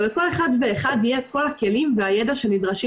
ולכל אחד ואחד יהיה את כל הכלים והידע שנדרשים